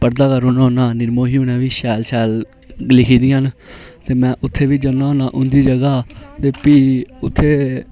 पढ़दा गै रौहन्ना होन्नां निर्मोही होरें बी शैल शैल लिखी दियां ना ते में उत्थै बी जन्ना होन्ना उंदी जगह ते फ्ही उत्थै